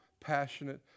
passionate